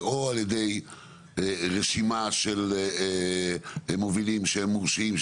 זה או על ידי רשימה של מובילים שהם מורשים,